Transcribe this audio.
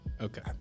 Okay